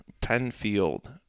Penfield